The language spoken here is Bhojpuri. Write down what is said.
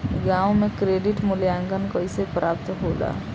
गांवों में क्रेडिट मूल्यांकन कैसे प्राप्त होला?